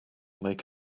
make